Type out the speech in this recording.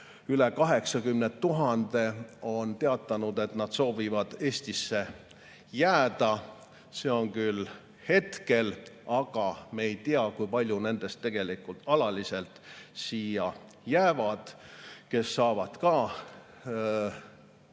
üle 80 000 on teatanud, et nad soovivad Eestisse jääda. See on küll hetkel, aga me ei tea, kui paljud nendest tegelikult alaliselt siia jäävad ja saavad